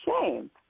shame